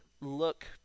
look